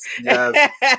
yes